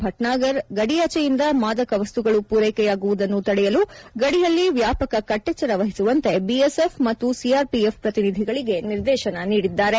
ಭಟ್ನಾಗರ್ ಗಡಿಯಾಚೆಯಿಂದ ಮಾದಕ ವಸ್ತುಗಳು ಪೂರೈಕೆಯಾಗುವುದನ್ನು ತಡೆಯಲು ಗಡಿಯಲ್ಲಿ ವ್ವಾಪಕ ಕಟ್ಟೆಚ್ಚರ ವಹಿಸುವಂತೆ ಬಿಎಸ್ಎಫ್ ಮತ್ತು ಸಿಆರ್ಪಿಎಫ್ ಪ್ರತಿನಿಧಿಗಳಿಗೆ ನಿರ್ದೇಶನ ನೀಡಿದ್ದಾರೆ